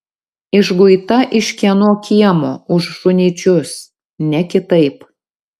išguita iš kieno kiemo už šunyčius ne kitaip